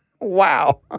wow